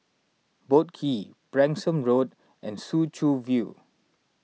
Boat Quay Branksome Road and Soo Chow View